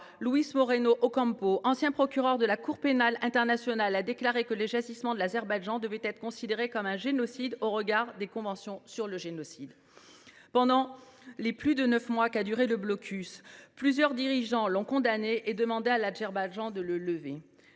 Luis Moreno Ocampo, ancien procureur de la Cour pénale internationale, a déclaré que les agissements de l’Azerbaïdjan devaient être considérés comme un génocide au regard de la convention sur ce crime. Pendant les plus de neuf mois qu’a duré le blocus, plusieurs dirigeants l’ont condamné et ont demandé à l’Azerbaïdjan d’y mettre